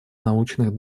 научных